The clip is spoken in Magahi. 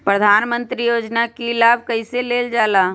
प्रधानमंत्री योजना कि लाभ कइसे लेलजाला?